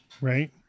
right